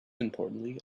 importantly